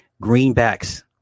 Greenbacks